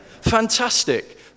Fantastic